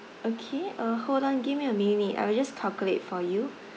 okay uh hold on give me a minute I will just calculate for you